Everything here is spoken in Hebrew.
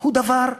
הוא דבר קדוש.